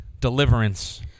Deliverance